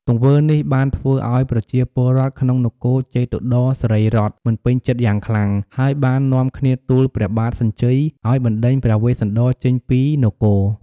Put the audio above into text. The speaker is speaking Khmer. ទង្វើនេះបានធ្វើឱ្យប្រជាពលរដ្ឋក្នុងនគរជេតុត្តរសិរីរដ្ឋមិនពេញចិត្តយ៉ាងខ្លាំង ហើយបាននាំគ្នាទូលព្រះបាទសញ្ជ័យឱ្យបណ្ដេញព្រះវេស្សន្តរចេញពីនគរ។